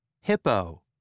Hippo